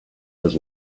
was